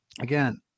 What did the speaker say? again